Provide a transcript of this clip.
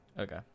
Okay